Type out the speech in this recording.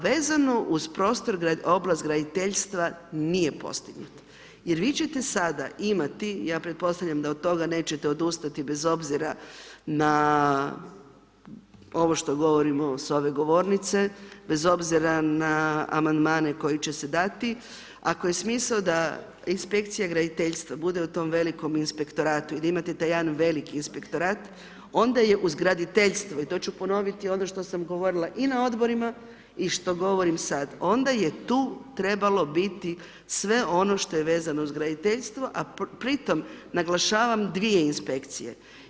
Vezano uz prostor oblasti graditeljstva nije postignut jer vi ćete sada imati, ja pretpostavljam da od toga nećete odustati, bez obzira na ovo što govorim s ove govornice, bez obzira na Amandmani koji će se dati, ako je smisao da Inspekcija graditeljstva bude u tome velikome Inspektoratu i da imate taj jedan veliki Inspektorat, onda je uz graditeljstvo, i to ću ponoviti ono što sam govorila i na Odborima i što govorim sad, onda je tu trebalo biti sve ono što je vezano uz graditeljstvo, a pri tome naglašavam dvije Inspekcije.